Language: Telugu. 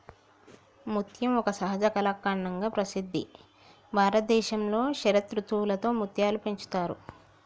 ముత్యం ఒక సహజ కళాఖండంగా ప్రసిద్ధి భారతదేశంలో శరదృతువులో ముత్యాలు పెంచుతారు